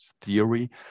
theory